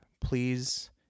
please